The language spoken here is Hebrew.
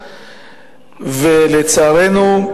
ולצערנו,